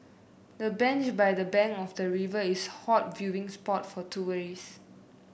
the bench by the bank of the river is a hot viewing spot for tourists